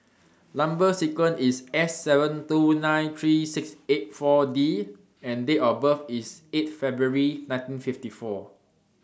Number sequence IS S seven two nine three six eight four D and Date of birth IS eight February nineteen fifty four